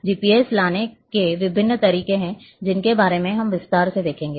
GCPs लाने के विभिन्न तरीके हैं जिनके बारे में हम विस्तार से देखेंगे